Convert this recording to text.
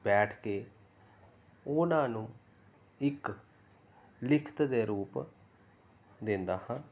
ਬੈਠ ਕੇ ਉਹਨਾਂ ਨੂੰ ਇੱਕ ਲਿਖਤ ਦੇ ਰੂਪ ਦਿੰਦਾ ਹਾਂ